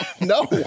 No